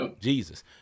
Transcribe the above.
jesus